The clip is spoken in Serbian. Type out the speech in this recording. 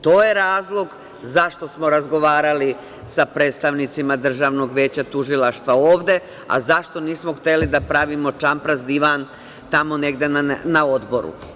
To je razlog zašto smo razgovarali sa predstavnicima Državnog veća tužilaca ovde, a zašto nismo hteli da pravimo čampras divan tamo negde na odboru.